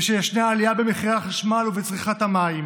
ושישנה עלייה במחירי החשמל ובצריכת המים,